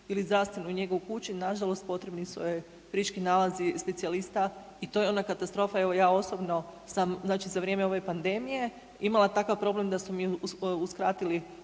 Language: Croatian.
ili zdravstvenu njegu u kući nažalost potrebni su joj friški nalazi specijalista i to je ona katastrofa, evo ja osobno sam znači za vrijeme ove pandemije imala takav problem da su mi uskratili